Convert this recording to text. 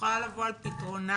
יכולה לבוא על פתרונה